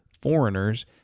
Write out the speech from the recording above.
foreigners